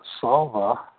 Salva